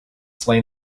slain